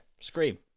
Scream